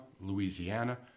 Louisiana